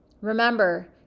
Remember